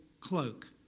cloak